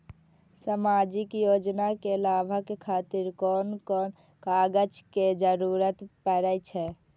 सामाजिक योजना के लाभक खातिर कोन कोन कागज के जरुरत परै छै?